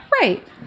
Right